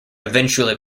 eventually